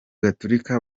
gaturika